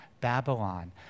Babylon